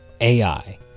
AI